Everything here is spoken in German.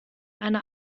eine